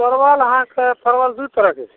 परवल अहाँके परवल दू तरहके छै